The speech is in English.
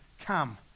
come